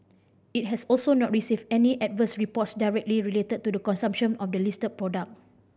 it has also not received any adverse reports directly related to the consumption of the listed product